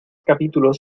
capítulos